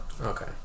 Okay